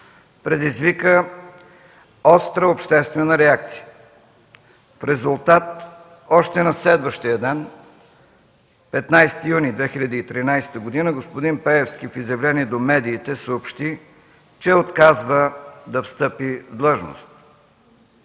предизвика остра обществена реакция. В резултат още на следващия ден – 15 юни 2013 г., господин Пеевски в изявление до медиите съобщи, че отказва да встъпи в длъжност.